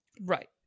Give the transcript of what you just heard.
Right